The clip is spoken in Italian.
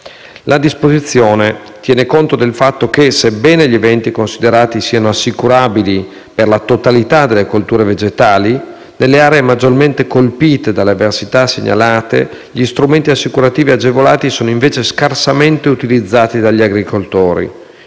La disposizione tiene conto del fatto che, sebbene gli eventi considerati siano assicurabili per la totalità delle colture vegetali, nelle aree maggiormente colpite dalle avversità segnalate gli strumenti assicurativi agevolati sono invece scarsamente utilizzati dagli agricoltori